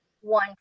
one